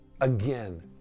Again